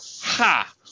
Ha